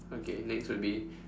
okay next would be